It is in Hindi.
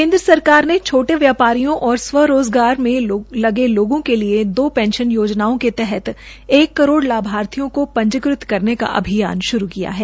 केन्द्र सरकार ने छोटे व्यापारियों और रोज़गार में लगे लोगों के लिए दो पेंशन योजनाओं के तहत एक करोड़ लाभार्थियों को पंजीकृत करने का अभियान श्रू किया है